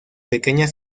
pequeñas